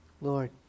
Lord